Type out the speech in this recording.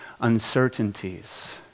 uncertainties